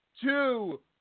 two